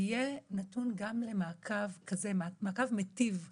יהיה נתון גם למעקב מטיב כזה.